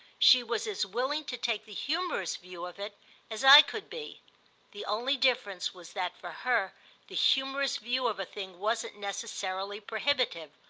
she was as willing to take the humorous view of it as i could be the only difference was that for her the humorous view of a thing wasn't necessarily prohibitive,